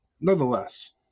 nonetheless